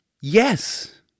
yes